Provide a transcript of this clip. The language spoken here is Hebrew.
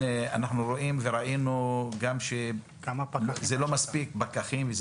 ראינו שזה לא מספיק פקחים.